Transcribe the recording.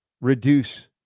reduce